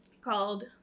called